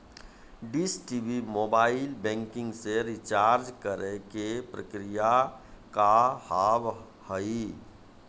Dish TV mobile banking से recharge करे के प्रक्रिया का हाव हई?